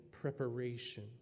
preparation